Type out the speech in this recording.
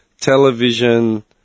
television